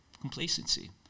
complacency